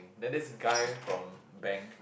then this guy from bank